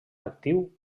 actiu